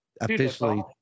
officially